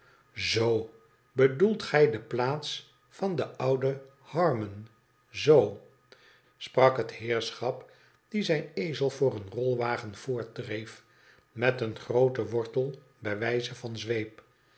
zoo bedoelt gij de plaats van den ouden harmon zoo sprak het heerschap die zijn ezel voor een rolwagen voortdreef met een grooten wortel bij wijze van zweep